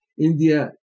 India